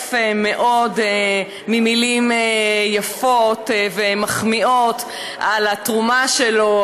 התעייף מאוד ממילים יפות ומחמיאות על התרומה שלו,